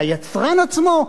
והיצרן עצמו,